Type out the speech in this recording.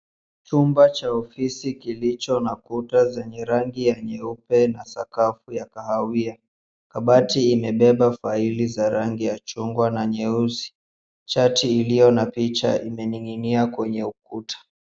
Chumba cha ofisi kilicho na kuta zenye rangi nyeupe na sakafu ya kahawia kabati imebeba faili za rangi ya chungwa na nyusi chati ilio na picha inaningina kwenye ukuta.